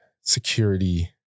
security